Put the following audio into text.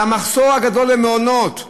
והמחסור הגדול במעונות.